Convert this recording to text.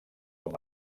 com